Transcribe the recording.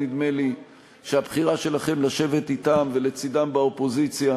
נדמה לי שהבחירה שלכם לשבת אתם ולצדם באופוזיציה